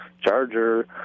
Charger